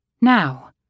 Now